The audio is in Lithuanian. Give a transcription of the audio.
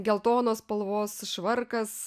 geltonos spalvos švarkas